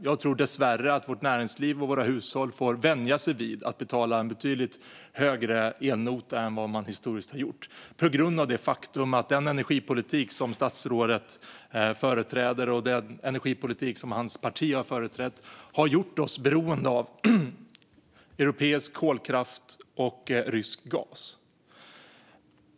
Jag tror dessvärre att vårt näringsliv och våra hushåll får vänja sig vid att betala en betydligt högre elnota än vad man historiskt har gjort, på grund av det faktum att den energipolitik som statsrådet företräder och som hans parti har företrätt har gjort oss beroende av europeisk kolkraft och rysk gas.